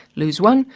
lose one,